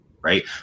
right